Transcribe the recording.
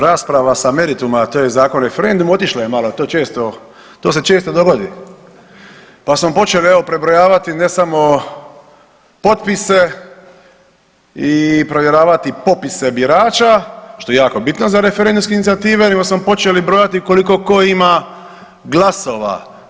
Rasprava sa merituma a to je Zakon o referendumu otišla je malo, to se često dogodi, pa smo počeli evo prebrojavati ne samo potpise i provjeravati popise birača što je jako bitno za referendumske inicijative, nego smo počeli brojati koliko tko ima glasova.